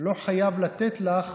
לא חייב לתת לך